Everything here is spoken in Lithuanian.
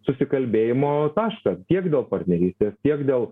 susikalbėjimo tašką tiek dėl partnerystės tiek dėl